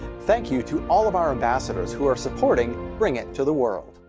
thank you to all of our ambassadors who are supporting bring it to the world.